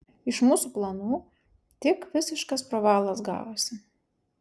iš mūsų planų tik visiškas pravalas gavosi